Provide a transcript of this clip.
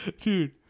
dude